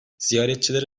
ziyaretçilere